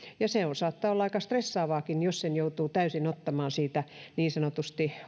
ja se saattaa olla aika stressaavaakin jos sen joutuu täysin ottamaan niin sanotusti